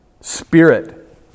spirit